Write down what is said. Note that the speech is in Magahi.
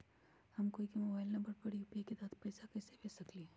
हम कोई के मोबाइल नंबर पर यू.पी.आई के तहत पईसा कईसे भेज सकली ह?